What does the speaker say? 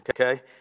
Okay